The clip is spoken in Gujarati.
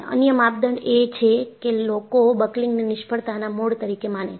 અન્ય માપદંડ એ છે કે લોકો બકલિંગને નિષ્ફળતા ના મોડ તરીકે માને છે